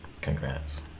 Congrats